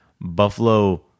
buffalo